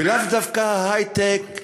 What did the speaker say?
ולאו דווקא ההיי-טק,